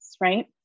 right